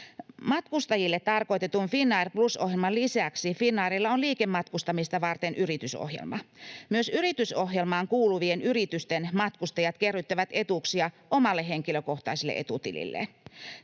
Matkustajille tarkoitetun Finnair Plus ‑ohjelman lisäksi Finnairilla on liikematkustamista varten yritysohjelma. Myös yritysohjelmaan kuuluvien yritysten matkustajat kerryttävät etuuksia omalle henkilökohtaiselle etutililleen.